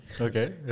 Okay